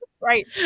right